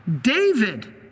David